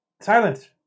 Silence